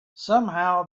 somehow